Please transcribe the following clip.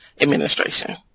administration